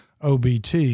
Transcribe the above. OBT